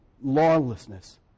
lawlessness